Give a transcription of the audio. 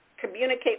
communicate